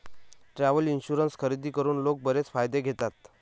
travel insurance खरेदी करून लोक बरेच फायदे घेतात